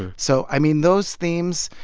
so i mean, those themes,